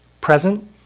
present